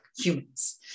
humans